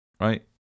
right